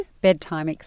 bedtime